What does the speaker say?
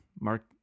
Mark